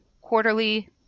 quarterly